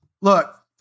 Look